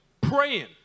praying